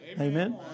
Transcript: Amen